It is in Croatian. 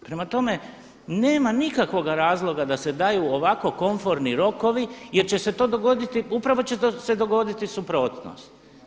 Prema tome nema nikakvoga razloga da se daju ovako komforni rokovi jer će se to dogoditi, upravo će se dogoditi suprotnost.